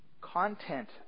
content